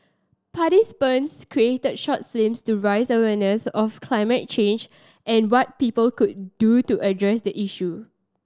participants created short films to raise awareness of climate change and what people could do to address the issue